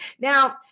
Now